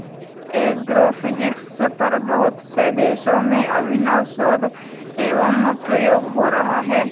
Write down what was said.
agrophysics पर बहुत से देशों में अभिनव शोध एवं प्रयोग हो रहा है